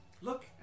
look